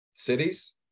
cities